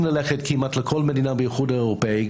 ללכת כמעט לכל מדינה באיחוד האירופאי,